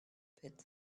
pit